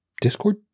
discord